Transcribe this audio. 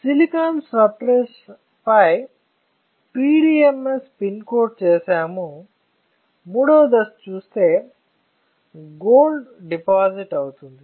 silicon substrate పై PDMS spin coat చేసాము మూడవ దశ చూస్తే గోల్డ్ డిపాజిట్ అవుతుంది